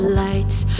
lights